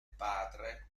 padre